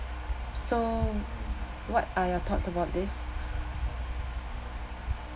so what are your thoughts about this